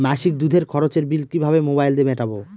মাসিক দুধের খরচের বিল কিভাবে মোবাইল দিয়ে মেটাব?